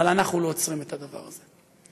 אבל אנחנו לא עוצרים את הדבר הזה.